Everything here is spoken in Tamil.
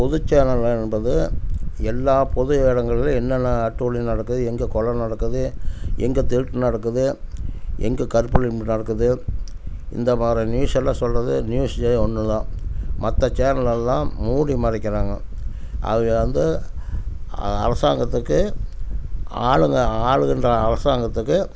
பொது சேனல் என்பது எல்லா பொது இடங்களையும் என்னென்ன அட்டூழியம் நடக்குது எங்கே கொலை நடக்குது எங்கே திருட்டு நடக்குது எங்கே கற்பழிப்பு நடக்குது இந்தமாதிரி நியூஸெல்லாம் சொல்கிறது நியூஸ் ஜெ ஒன்றுதான் மற்ற சேனலெல்லாம் மூடி மறைக்கிறாங்க அது வந்து அரசாங்கத்துக்கு ஆளுங்க ஆளுகின்ற அரசாங்கத்துக்கு